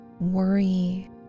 worry